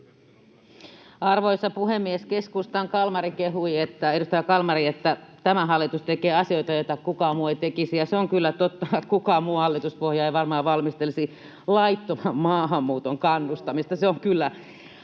Arvoisa puhemies! Keskustan edustaja Kalmari kehui, että tämä hallitus tekee asioita, joita kukaan muu ei tekisi, ja se on kyllä totta, että mikään muu hallituspohja ei varmaan valmistelisi laittoman maahanmuuton kannustamista. Se on kyllä